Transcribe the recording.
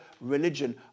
religion